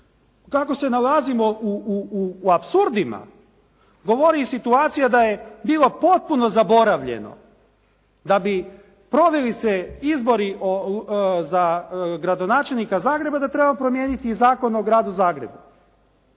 Kako se nalazimo u apsurdnima govori i situacija da je bilo potpuno zaboravljeno da bi proveli se izbori za gradonačelnika Zagreba da trebamo primijeniti i Zakon o Gradu Zagrebu.